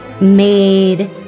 made